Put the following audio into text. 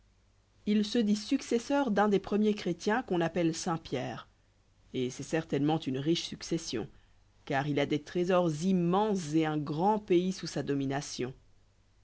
il se dit successeur d'un des premiers chrétiens qu'on appelle saint pierre et c'est certainement une riche succession car il a des trésors immenses et un grand pays sous sa domination